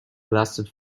lasted